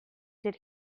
did